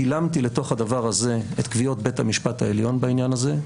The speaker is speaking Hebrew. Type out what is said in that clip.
גילמתי לתוך הדבר הזה את קביעות בית המשפט העליון בעניין הזה.